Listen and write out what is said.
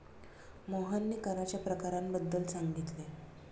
मोहनने कराच्या प्रकारांबद्दल सांगितले